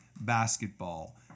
basketball